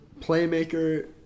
playmaker